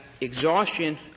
exhaustion